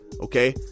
okay